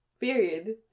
period